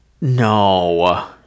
No